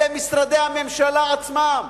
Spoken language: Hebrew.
במשרדי הממשלה עצמם,